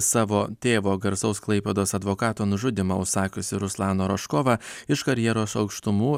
savo tėvo garsaus klaipėdos advokato nužudymą užsakiusi ruslaną rožkovą iš karjeros aukštumų